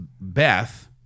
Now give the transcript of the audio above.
Beth